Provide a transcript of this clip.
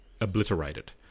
obliterated